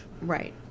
right